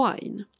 Wine